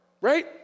Right